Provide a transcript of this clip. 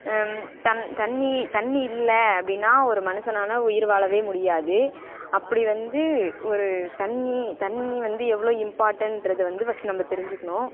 தண் தண்ணி தண்ணி இல்லை அப்படினா ஒரு மனுஷனால் உயிர் வாழவே முடியாது அப்படி வந்து ஒரு தண்ணி தண்ணி வந்து எவ்வளோ இம்பார்ட்டன்றதை வந்து ஃபஸ்ட் நம்ம தெரிஞ்சுக்கணும்